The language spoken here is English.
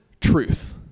truth